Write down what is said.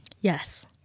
Yes